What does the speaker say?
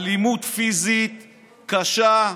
אלימות פיזית קשה,